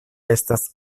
estas